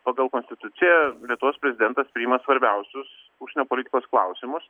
pagal konstituciją lietuvos prezidentas priima svarbiausius užsienio politikos klausimus